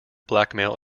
blackmail